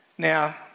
Now